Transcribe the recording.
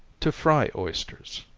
to fry oysters.